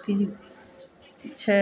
अथी छै